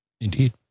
Indeed